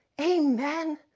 Amen